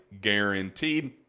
guaranteed